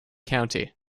county